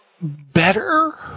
better